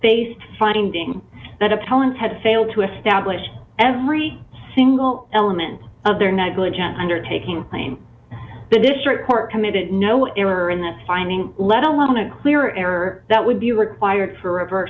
based finding that appellant had failed to establish every single element of their negligent undertaking claim the district court committed no error in this finding let alone a clear error that would be required for rever